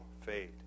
fade